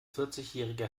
vierzigjähriger